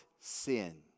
sin